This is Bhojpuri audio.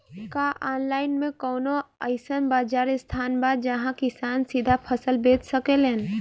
का आनलाइन मे कौनो अइसन बाजार स्थान बा जहाँ किसान सीधा फसल बेच सकेलन?